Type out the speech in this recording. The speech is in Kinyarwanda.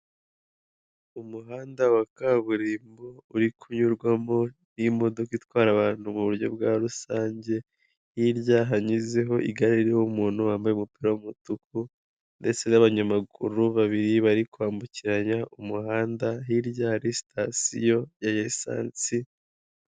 Umuhanda wa kaburimbo uri kunyurwamo n'imodoka itwara abantu mu buryo bwa rusange, hirya hanyuzeho igare riho umuntu wambaye umupira w'umutuku ndetse n'abanyamaguru babiri bari kwambukiranya umuhanda, hirya hari sitasiyo ya lisansi.